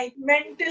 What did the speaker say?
mental